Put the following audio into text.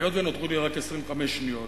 היות שנותרו לי רק 25 שניות,